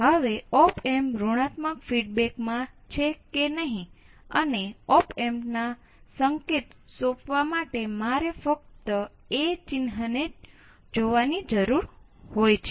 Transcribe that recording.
હવે જો તમે ઓપ એમ્પ સર્કિટ ની અસર શું છે